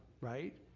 right